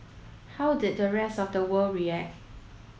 how did the rest of the world react